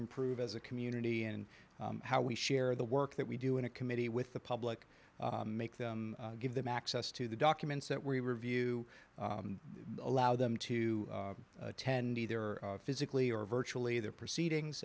improve as a community and how we share the work that we do in a committee with the public make them give them access to the documents that we review allow them to ten be there physically or virtually their proceedings